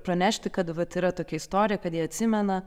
pranešti kad vat yra tokia istorija kad jie atsimena